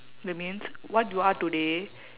that means what you are today